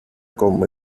como